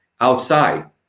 outside